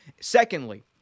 Secondly